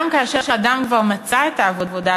גם כאשר אדם עם מוגבלות כבר מצא עבודה,